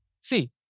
See